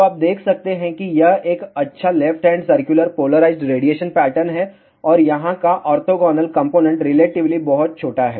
तो आप देख सकते हैं कि यह एक अच्छा left hand circular polarised radiation pattern है और यहाँ का ऑर्थोगोनल कंपोनेंट रिलेटिवली बहुत छोटा है